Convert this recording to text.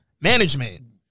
management